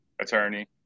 attorney